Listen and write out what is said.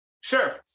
Sure